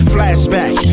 Flashback